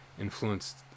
influenced